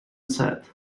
said